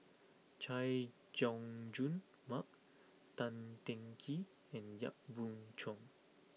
Chay Jung Jun Mark Tan Teng Kee and Yap Boon Chuan